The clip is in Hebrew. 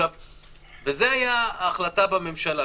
וזו הייתה ההחלטה בממשלה.